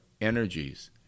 energies